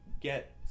get